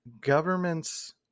governments